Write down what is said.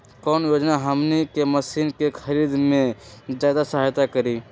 कौन योजना हमनी के मशीन के खरीद में ज्यादा सहायता करी?